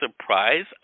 surprise